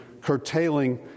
curtailing